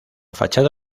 fachada